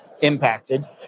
impacted